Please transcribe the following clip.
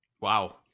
Wow